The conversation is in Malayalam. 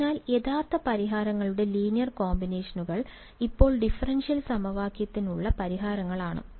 അതിനാൽ യഥാർത്ഥ പരിഹാരങ്ങളുടെ ലീനിയർ കോമ്പിനേഷനുകൾ ഇപ്പോഴും ഡിഫറൻഷ്യൽ സമവാക്യത്തിനുള്ള പരിഹാരങ്ങളാണ്